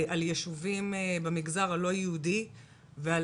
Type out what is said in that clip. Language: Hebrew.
זה יהיה בקרוב על יישובים במגזר הלא-יהודי ועל